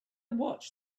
watched